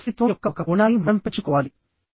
మన అస్తిత్వం యొక్క ఒక కోణాన్ని మనం పెంచుకోవాలి